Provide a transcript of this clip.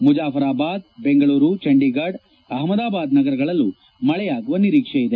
ಮುಜಫರಾಬಾದ್ ಬೆಂಗಳೂರು ಚಂಡೀಫಡ್ ಅಹಮದಾಬಾದ್ ನಗರಗಳಲ್ಲೂ ಮಳೆಯಾಗುವ ನಿರೀಕ್ಷೆಯಿದೆ